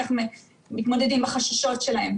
איך מתמודדים עם החששות שלהם.